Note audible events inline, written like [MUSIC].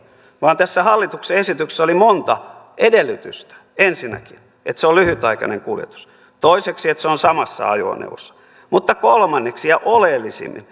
vaan tässä hallituksen esityksessä oli monta edellytystä ensinnäkin että se on lyhytaikainen kuljetus toiseksi että se on samassa ajoneuvossa mutta kolmanneksi ja oleellisimmin [UNINTELLIGIBLE]